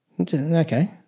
Okay